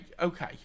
okay